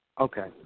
Okay